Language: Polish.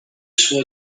szło